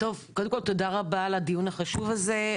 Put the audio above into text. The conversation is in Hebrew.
תודה רבה על הדיון החשוב הזה,